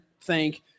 thank